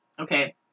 Okay